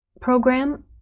program